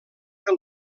que